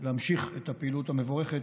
להמשיך את הפעילות המבורכת,